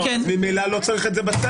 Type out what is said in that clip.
ממילא לא צריך את זה בצו.